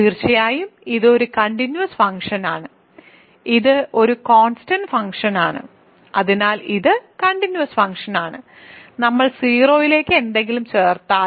തീർച്ചയായും ഇത് ഒരു കണ്ടിന്യൂസ് ഫംഗ്ഷനാണ് ഇത് ഒരു കോൺസ്റ്റന്റ് ഫംഗ്ഷനാണ് അതിനാൽ ഇത് കണ്ടിന്യൂസ് ഫംഗ്ഷനാണ് നമ്മൾ 0 ലേക്ക് എന്തെങ്കിലും ചേർത്താൽ